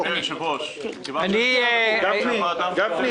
כבוד היושב-ראש, שמעתי הרבה סחור סחור.